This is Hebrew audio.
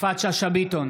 יפעת שאשא ביטון,